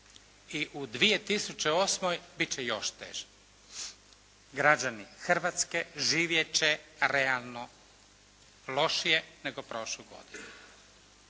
i u 2008. bit će još teže. Građani Hrvatske živjet će realno lošije nego prošlu godinu.